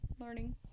learning